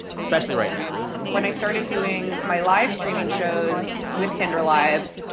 especially right now when i started doing my live streaming shows with tinder live,